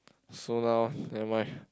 so now never mind